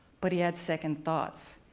but he had second thoughts.